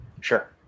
Sure